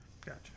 Gotcha